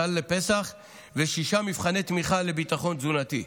סל לפסח ושישה מבחני תמיכה לביטחון תזונתי.